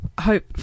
Hope